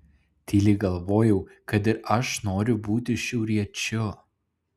tyliai galvojau kad ir aš noriu būti šiauriečiu